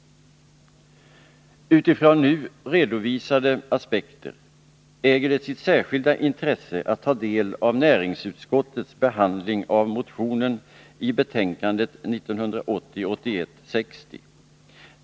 Utifrån nu redovisade aspekter äger det sitt särskilda intresse att ta del av näringsutskottets behandling av motionen i betänkande 1980/81:60.